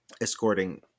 escorting